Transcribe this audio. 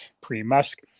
pre-Musk